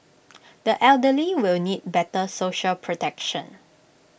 the elderly will need better social protection